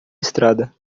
estrada